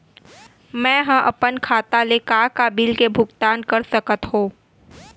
मैं ह अपन खाता ले का का बिल के भुगतान कर सकत हो